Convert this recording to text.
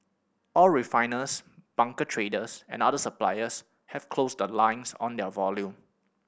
all refiners bunker traders and other suppliers have closed the lines on their volume